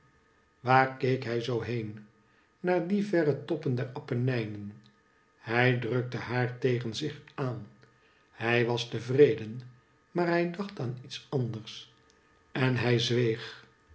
waar keek hij zoo heen naar die verre toppen der appenijnen hij drukte haar tegen zich aan hij was tevreden maar hij dacht aan iets anders en hij zweeg